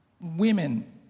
Women